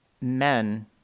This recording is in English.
men